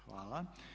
Hvala.